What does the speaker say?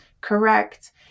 correct